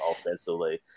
offensively